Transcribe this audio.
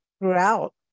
throughout